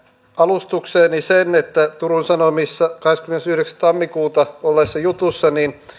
alustukseeni sen että turun sanomissa kahdeskymmenesyhdeksäs tammikuuta olleessa jutussa